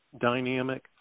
dynamic